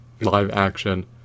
live-action